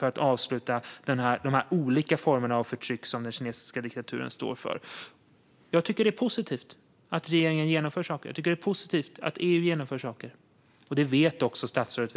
att avsluta de olika former av förtryck som den kinesiska diktaturen står för? Jag tycker att det är positivt att regeringen genomför saker. Jag tycker även att det är positivt att EU genomför saker. Det vet också statsrådet.